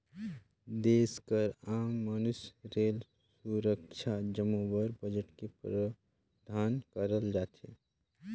देस कर आम मइनसे रेल, सुरक्छा जम्मो बर बजट में प्रावधान करल जाथे